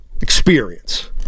Experience